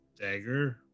Dagger